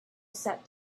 sat